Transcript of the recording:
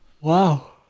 wow